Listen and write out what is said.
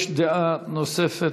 יש דעה נוספת.